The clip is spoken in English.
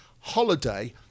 holiday